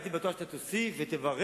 הייתי בטוח שאתה תוסיף ותברך.